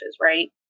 right